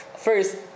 First